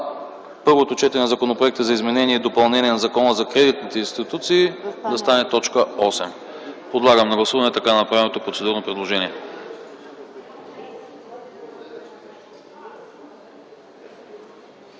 Първото четене на Законопроекта за изменение и допълнение на Закона за кредитните институции да стане т. 8. Подлагам на гласуване така направеното процедурно предложение.